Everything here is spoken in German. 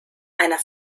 einer